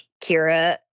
Kira